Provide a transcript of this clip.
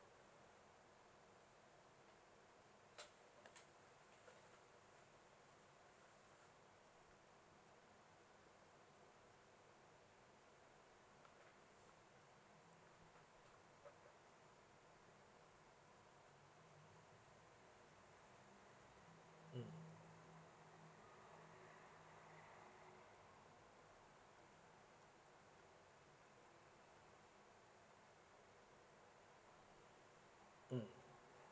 mm mm